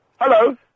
Hello